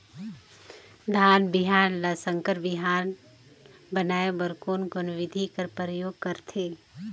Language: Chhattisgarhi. धान बिहान ल संकर बिहान बनाय बर कोन कोन बिधी कर प्रयोग करथे?